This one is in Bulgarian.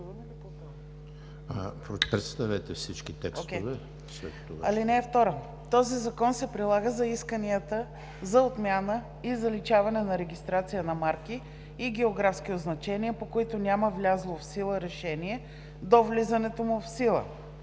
решение до влизането му в сила. (2) Този закон се прилага за исканията за отмяна и заличаване на регистрация на марки и географски означения, по които няма влязло в сила решение до влизането му в сила.